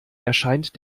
erscheint